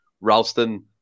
Ralston